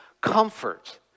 comfort